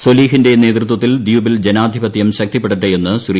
സൊലിഹിന്റെ നേതൃത്വത്തിൽ ദ്വീപിൽ ജന്നാിധിപത്യം ശക്തിപ്പെടട്ടെയെന്ന് ശ്രീ